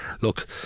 look